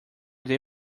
they